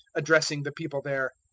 addressing the people there,